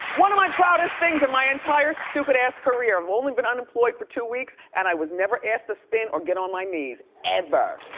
one of my proudest things in my entire stupid ass career, i've only been unemployed for two weeks and i was never asked to spin or get on my knees ever.